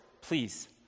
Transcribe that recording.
please